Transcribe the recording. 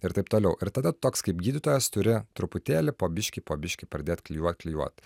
ir taip toliau ir tada toks kaip gydytojas turi truputėlį po biškį po biškį pradėt klijuot klijuot